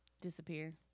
Disappear